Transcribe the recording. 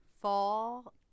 Fall